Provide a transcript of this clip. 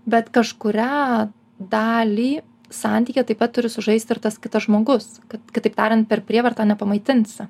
bet kažkurią dalį santykyje taip pat turi sužaisti ir tas kitas žmogus kad kitaip tariant per prievartą nepamaitinsi